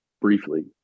briefly